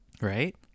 right